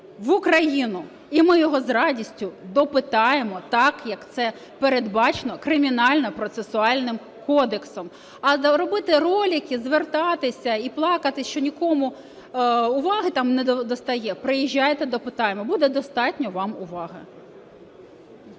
в Україну, і ми його з радістю допитаємо так, як це передбачено Кримінальним процесуальним кодексом. А робити ролики, звертатися і плакати, що нікому уваги там недостає – приїжджайте, допитаємо, буде достатньо вам уваги.